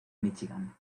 míchigan